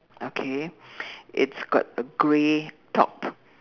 okay it's got a grey top